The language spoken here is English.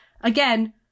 again